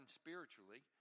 spiritually